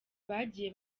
bagiye